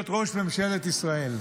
להיות ראש ממשלת ישראל.